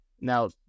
Now